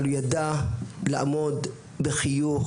אבל הוא ידע לעמוד בחיוך,